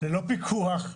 ללא פיקוח.